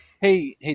Hey